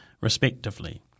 respectively